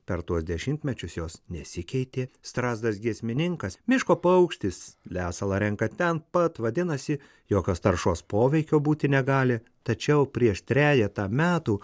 per tuos dešimtmečius jos nesikeitė strazdas giesmininkas miško paukštis lesalą renka ten pat vadinasi jokios taršos poveikio būti negali tačiau prieš trejetą metų